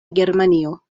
germanio